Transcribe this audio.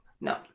No